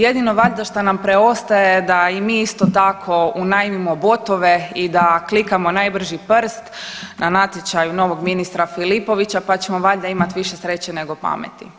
Jedino valjda što nam preostaje da i mi isto tako unajmimo botove i da klikamo najbrži prst na natječaju novog ministra Filipovića pa ćemo valjda imati više sreće nego pameti.